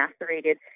macerated